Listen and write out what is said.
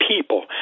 people